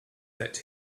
that